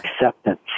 acceptance